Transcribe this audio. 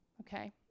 okay